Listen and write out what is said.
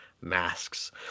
masks